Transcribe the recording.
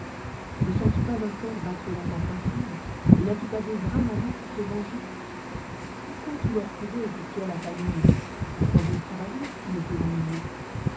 ne sens-tu pas un coeur battre dans ta poitrine et n'as-tu pas deux bras manant pour te venger pourquoi tout l'or pour eux et pour toi la famine a quoi bon travailler si tu ne peux manger